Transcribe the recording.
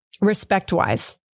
respect-wise